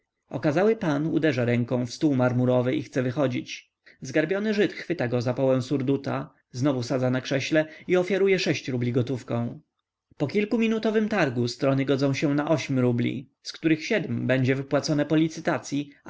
okazały pan uderza ręką w stół marmurowy i chce wychodzić zgarbiony żyd chwyta go za połę surduta znowu sadza na krześle i ofiaruje sześć rubli gotówką po kilkuminutowym targu strony godzą się na ośm rubli z których siedm będą wypłacone po licytacyi